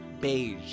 Beige